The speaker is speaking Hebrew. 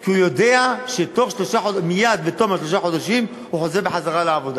כי הוא יודע שמייד בתום שלושה חודשים הוא חוזר לעבודה,